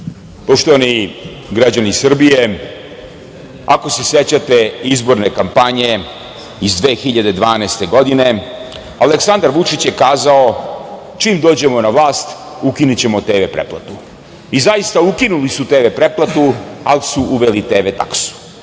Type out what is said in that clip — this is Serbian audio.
Poštovani građani Srbije, ako se sećate izborne kampanje iz 2012. godine, Aleksandar Vučić je kazao - čim dođemo na vlast, ukinućemo TV pretplatu. I zaista, ukinuli su TV pretplatu, ali su uveli TV taksu.